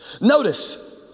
Notice